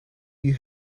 you